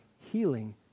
healing